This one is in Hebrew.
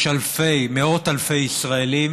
יש אלפי, מאות אלפי ישראלים